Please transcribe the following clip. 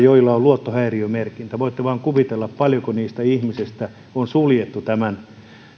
joilla on luottohäiriömerkintä voitte vain kuvitella montako niistä ihmisistä on suljettu tämän